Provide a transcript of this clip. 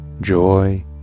joy